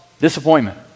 disappointment